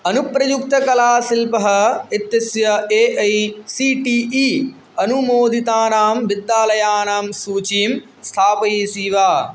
अनुप्रयुक्तकलाशिल्पः इत्यस्य A I C T E अनुमोदितानां विद्यालयानां सूचीं स्थापयसि वा